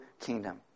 kingdom